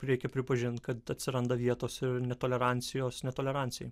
reikia pripažint kad atsiranda vietos netolerancijos netolerancijai